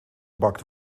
bakt